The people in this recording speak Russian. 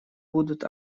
будут